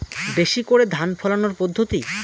বেশি করে ধান ফলানোর পদ্ধতি?